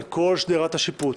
על כל שדרת השיפוט